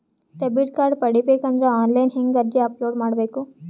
Debit card ಪಡಿಬೇಕು ಅಂದ್ರ online ಹೆಂಗ್ ಅರ್ಜಿ ಅಪಲೊಡ ಮಾಡಬೇಕು?